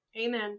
Amen